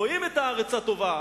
רואים את הארץ הטובה,